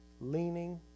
leaning